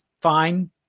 fine